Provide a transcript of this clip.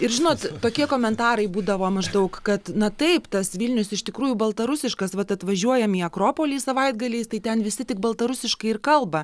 ir žinot tokie komentarai būdavo maždaug kad na taip tas vilnius iš tikrųjų baltarusiškas vat atvažiuojam į akropolį savaitgaliais tai ten visi tik baltarusiškai ir kalba